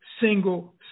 single